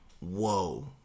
Whoa